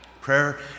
Prayer